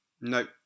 No